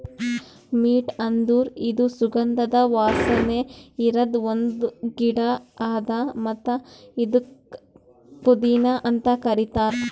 mint ಅಂದುರ್ ಇದು ಸುಗಂಧದ ವಾಸನೆ ಇರದ್ ಒಂದ್ ಗಿಡ ಅದಾ ಮತ್ತ ಇದುಕ್ ಪುದೀನಾ ಅಂತ್ ಕರಿತಾರ್